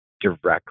directly